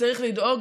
צריך לדאוג,